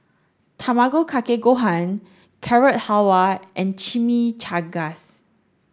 Tamago Kake Gohan Carrot Halwa and Chimichangas